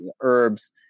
herbs